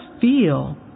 feel